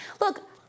Look